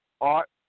art